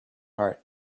heart